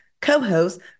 co-host